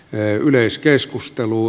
ne yleiskeskustelu